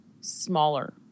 smaller